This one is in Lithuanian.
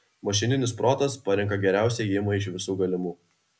mašininis protas parenka geriausią ėjimą iš visų galimų